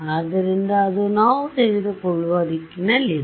ಆದ್ದರಿಂದ ಅದು ನಾವು ತೆಗೆದುಕೊಳ್ಳುವ ದಿಕ್ಕಿನಲ್ಲಿದೆ